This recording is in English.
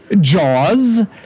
jaws